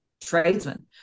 tradesmen